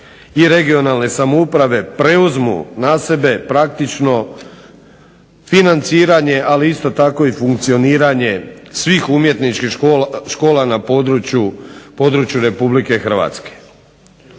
i regionalne samouprave preuzmu na sebe praktično financiranje, ali isto tako i funkcioniranje svih umjetničkih škola na području Republike Hrvatske.